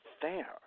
fair